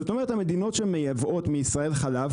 זאת אומרת המדינות שמייבאות מישראל חלב,